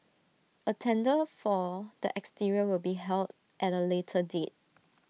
A tender for the exterior will be held at A later date